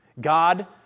God